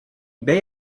may